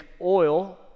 oil